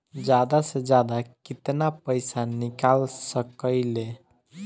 जादा से जादा कितना पैसा निकाल सकईले?